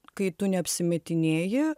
kai tu neapsimetinėji